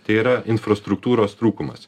tai yra infrastruktūros trūkumas